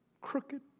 crooked